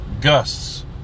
gusts